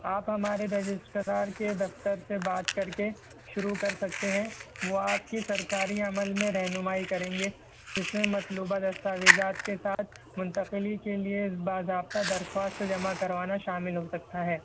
آپ ہمارے رجسٹرار کے دفتر سے بات کر کے شروع کر سکتے ہیں وہ آپ کی سرکاری عمل میں رہنمائی کریں گے اس لیے مطلوبہ دستاویزات کے ساتھ منتقلی کے لیے باضابطہ درخواست جمع کروانا شامل ہو سکتا ہے